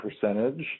percentage